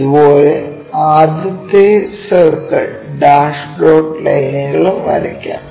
അതുപോലെ ആദ്യത്തെ circle dash dot ലൈനുകളും വരക്കാം